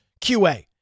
QA